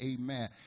amen